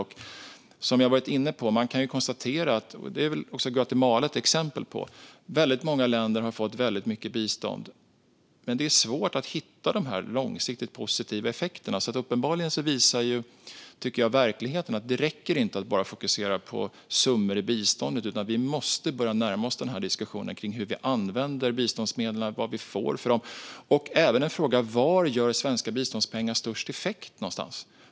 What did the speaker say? Som jag har varit inne på, och som Guatemala är ett exempel på, har väldigt många länder fått väldigt mycket bistånd, men det är svårt att hitta de långsiktigt positiva effekterna. Uppenbarligen visar verkligheten att det inte räcker att bara fokusera på summor i biståndet, utan vi måste börja närma oss diskussionen om hur vi använder biståndsmedlen och vad vi får för dem. En fråga är också var någonstans svenska biståndspengar gör störst effekt.